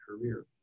career